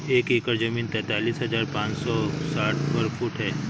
एक एकड़ जमीन तैंतालीस हजार पांच सौ साठ वर्ग फुट है